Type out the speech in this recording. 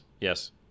yes